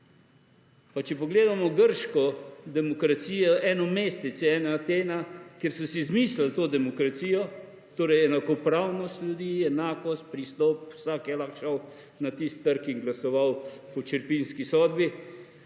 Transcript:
če pogledamo grško demokracijo, eno mestece, ena Atena, kjer so si izmislili to demokracijo, torej enakopravnost ljudi, enakost, pristop, vsak je lahko šel na tisti trg in glasoval po črepinjski sodbi,